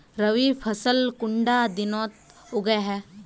रवि फसल कुंडा दिनोत उगैहे?